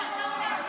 אמרת שהשר משיב.